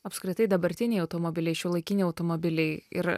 apskritai dabartiniai automobiliai šiuolaikiniai automobiliai ir